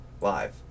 live